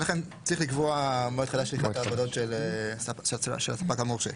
ולכן צריך לקבוע מועד חדש לקראת העבודות של הספק המורשה.